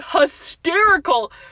hysterical